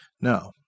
No